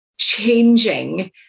changing